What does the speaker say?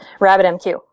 RabbitMQ